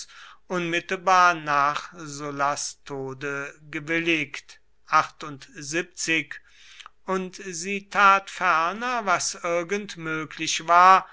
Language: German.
unmittelbar nach sullas tode gewilligt und sie tat ferner was irgend möglich war